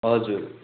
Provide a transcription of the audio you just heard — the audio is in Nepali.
हजुर